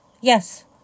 Yes